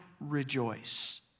rejoice